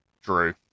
Drew